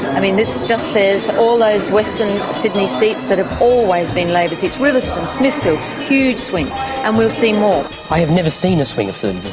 i mean this just says, all those western sydney seats that have always been labor seats riverstone, smithfield huge swings and we'll see more. i have never seen a swing of thirty